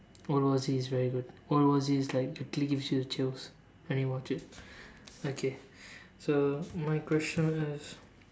world war Z is very good world war Z is like literally gives you the chills when you watch it okay so my question is